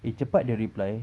eh cepat dia reply